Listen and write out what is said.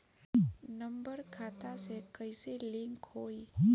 Number खाता से कईसे लिंक होई?